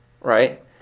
right